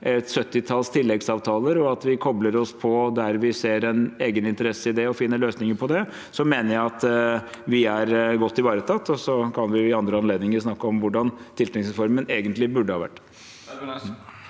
70-talls tilleggsavtaler, og at vi kobler oss på der hvor vi ser en egeninteresse i det og finner løsninger på det, mener jeg at vi er godt ivaretatt. Så kan vi ved andre anledninger snakke om hvordan tilknytningsformen egentlig burde ha vært.